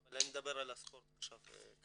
אני מדבר על הספורט עכשיו.